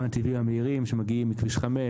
גם לנתיבים המהירים שמגיעים מכביש 5,